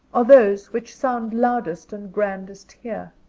are those which sound loudest and grandest here,